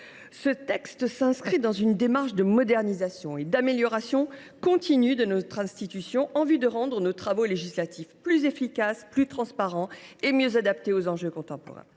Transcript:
Ce texte s’inscrit dans une démarche de modernisation et d’amélioration continue de notre institution, en vue de rendre nos travaux législatifs plus efficaces, plus transparents et mieux adaptés aux enjeux contemporains.